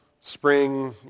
spring